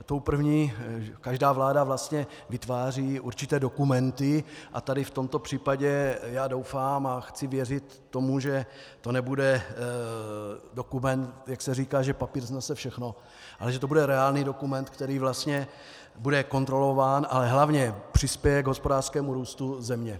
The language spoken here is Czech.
Ta první každá vláda vlastně vytváří určité dokumenty a tady v tomto případě doufám a chci věřit tomu, že to nebude dokument, jak se říká, že papír snese všechno, ale že to bude reálný dokument, který vlastně bude kontrolován, ale hlavně přispěje k hospodářskému růstu země.